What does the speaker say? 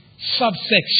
subsection